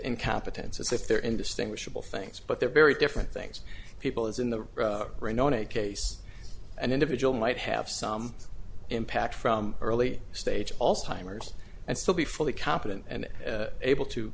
incompetence as if they're indistinguishable things but they're very different things people as in the rain on a case an individual might have some impact from early stage also timers and still be fully competent and able to